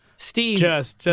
Steve